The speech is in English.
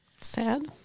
Sad